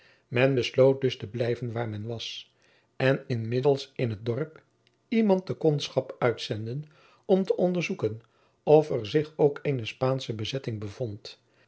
men besloot dus te blijven waar men was en inmiddels in het dorp iemand op kondschap uittezenden om te onderzoeken of er zich ook eene spaansche bezetting bevond